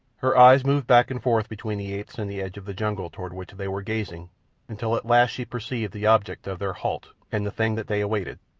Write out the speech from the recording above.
her eyes moved back and forth between the apes and the edge of the jungle toward which they were gazing until at last she perceived the object of their halt and the thing that they awaited.